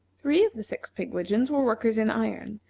three of the six pigwidgeons were workers in iron,